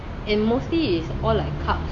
and mostly it's all like carbs [what]